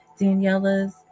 Daniela's